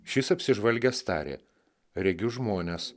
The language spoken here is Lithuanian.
šis apsižvalgęs tarė regiu žmones